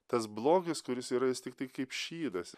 tas blogis kuris yra jis tiktai kaip šydas